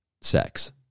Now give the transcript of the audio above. sex